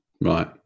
Right